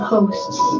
Hosts